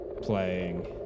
playing